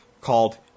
called